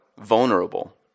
vulnerable